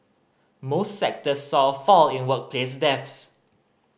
most sectors saw a fall in workplace deaths